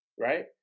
right